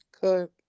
Good